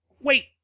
Wait